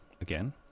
again